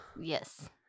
Yes